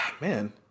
man